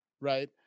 right